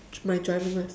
my driving eh